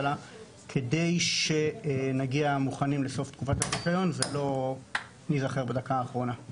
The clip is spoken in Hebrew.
לה כדי שנגיע מוכנים לסוף תקופת הזיכיון ולא ניזכר בדקה האחרונה.